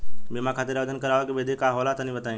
बीमा खातिर आवेदन करावे के विधि का होला तनि बताईं?